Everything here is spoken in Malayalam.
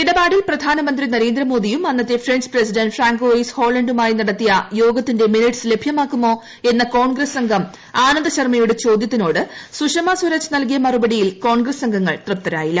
ഇടപാടിൽ പ്രധാനമന്ത്രി നരേന്ദ്രമോദിയും അന്നത്തെ ഫ്രഞ്ച് പ്രസിഡന്റ് ഫ്രാങ്കോയിസ് ഹോള യുമായി നടത്തിയ യോഗത്തിന്റെ മിനിട്ട്സ് ലഭ്യമാക്കുമോ എന്ന കോൺഗ്രസ് അംഗം ആനന്ദ ശർമ്മയുടെ ചോദൃത്തിനോട് സുഷമ സ്വരാജ് നൽകിയ മറുപടിയിൽ കോൺഗ്രസ് അംഗങ്ങൾ തൃപ്തരായില്ല